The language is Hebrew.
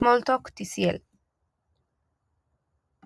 Smalltalk, Tcl. קישורים קישורים חיצוניים